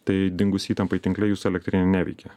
tai dingus įtampai tinkle jūsų elektrinė neveikia